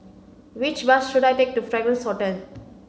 which bus should I take to Fragrance Hotel